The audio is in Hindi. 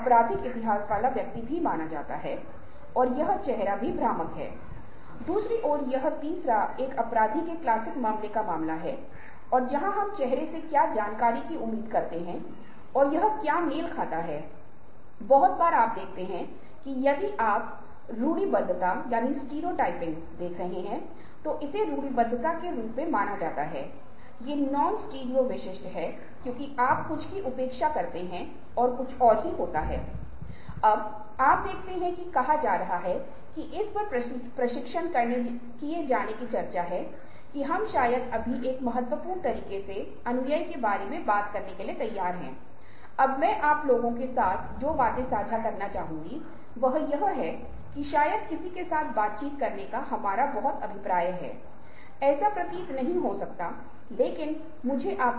इसलिए यदि व्यक्ति ऐसी उच्च भावनात्मक बुद्धिमत्ता रखता है तो आप कह सकते हैं कि आप हास्य की भावना पैदा करते हैं यदि आप चुनौतीपूर्ण कार्यों को पसंद करते हैं यदि आप अपने रिश्तों के प्रति संवेदनशील दिखते हैं और आप आउटगोइंग हैं और आप आसानी से दोस्त बना सकते हैं और आप उन्हें समझने के लिए अन्य व्यक्तियों के पदों में खुद को साबित किया है तो फिर आप उच्च भावनात्मक बुद्धिमत्ता का निर्माण करते हैं